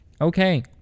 Okay